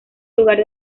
lugar